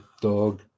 dog